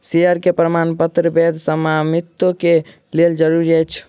share के प्रमाणपत्र वैध स्वामित्व के लेल जरूरी अछि